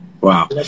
wow